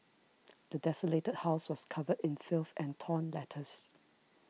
the desolated house was covered in filth and torn letters